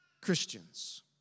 Christians